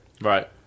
Right